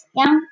yang